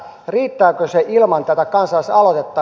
riittääkö se ilman tätä kansalaisaloitetta